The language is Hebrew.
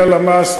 מהלמ"ס,